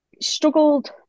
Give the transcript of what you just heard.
struggled